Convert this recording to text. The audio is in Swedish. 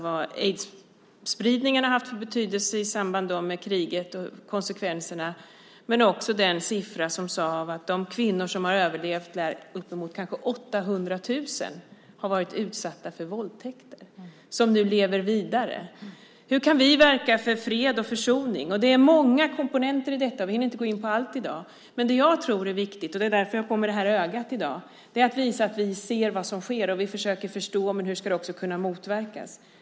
Man diskuterade vad aidsspridningen har haft för betydelse i samband med kriget och dess konsekvenser men också uppgiften att av de kvinnor som har överlevt lär uppemot 800 000 ha varit utsatta för våldtäkter, kvinnor som nu lever vidare. Hur kan vi verka för fred och försoning? Det är många komponenter i detta, vi hinner inte gå in på allting i dag. Men det jag tror är viktigt - och det är därför jag i dag har på mig märket Ögat som Lottorna och Unifem tagit fram i syfte att lyfta fram frågan om systematiska våldtäkter - är att visa att vi ser vad som sker och att vi försöker förstå men också motverka det.